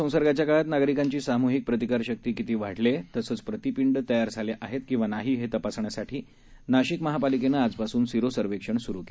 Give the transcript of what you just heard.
corona संसर्गाच्या काळात नागरिकांची सामूहिक प्रतिकार शक्ती किती वाढली आहे तसंच प्रतिपिंड तयार झाले आहेत किंवा नाही हे तपासण्यासाठी नाशिक महापालिकेनं आजपासून सिरो सर्वेक्षण सूरू केलं आहे